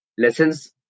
Lessons